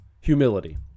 humility